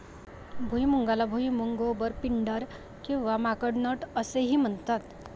भुईमुगाला भुईमूग, गोबर, पिंडर किंवा माकड नट असेही म्हणतात